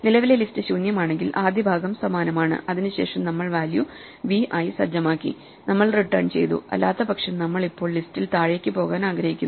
നിലവിലെ ലിസ്റ്റ് ശൂന്യമാണെങ്കിൽ ആദ്യ ഭാഗം സമാനമാണ് അതിനുശേഷം നമ്മൾ വാല്യൂ v ആയി സജ്ജമാക്കി നമ്മൾ റിട്ടേൺ ചെയ്തു അല്ലാത്തപക്ഷം നമ്മൾ ഇപ്പോൾ ലിസ്റ്റിൽ താഴേക്ക് പോകാൻ ആഗ്രഹിക്കുന്നു